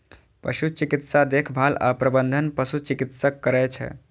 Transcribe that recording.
पशु चिकित्सा देखभाल आ प्रबंधन पशु चिकित्सक करै छै